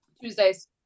Tuesdays